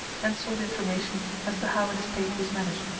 and sought information as to how an estate was managed,